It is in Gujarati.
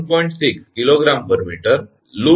6 𝐾𝑔 𝑚 લૂપ લંબાઈ 𝜆 1